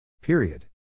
Period